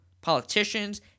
politicians